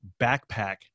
backpack